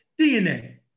DNA